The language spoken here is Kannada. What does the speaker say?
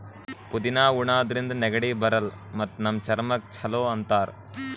ಪುದಿನಾ ಉಣಾದ್ರಿನ್ದ ನೆಗಡಿ ಬರಲ್ಲ್ ಮತ್ತ್ ನಮ್ ಚರ್ಮಕ್ಕ್ ಛಲೋ ಅಂತಾರ್